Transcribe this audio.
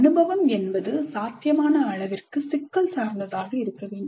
அனுபவம் என்பது சாத்தியமான அளவிற்கு சிக்கல் சார்ந்ததாக இருக்க வேண்டும்